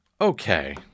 Okay